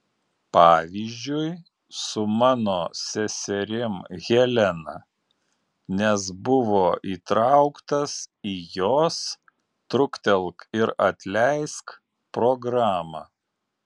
pavyzdžiui su mano seserim helena nes buvo įtrauktas į jos truktelk ir atleisk programą